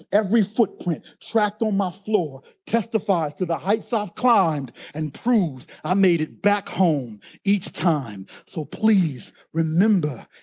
every footprint tracked through um my floor testifies to the heights i've climbed and proves i made it back home each time. so please remember,